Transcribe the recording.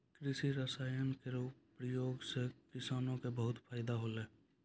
कृषि रसायन केरो प्रयोग सँ किसानो क बहुत फैदा होलै